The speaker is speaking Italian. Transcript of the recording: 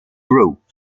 group